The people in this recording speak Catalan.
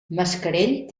mascarell